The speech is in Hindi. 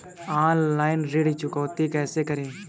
ऑनलाइन ऋण चुकौती कैसे करें?